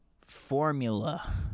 formula